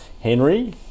Henry